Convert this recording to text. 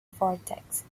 vortex